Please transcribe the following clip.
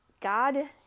God